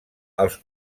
els